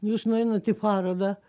jūs nueinat į parodą